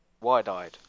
wide-eyed